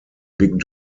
big